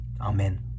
Amen